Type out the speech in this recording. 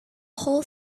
whole